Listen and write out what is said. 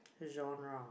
genre